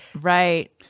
Right